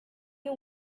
you